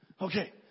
Okay